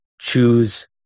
choose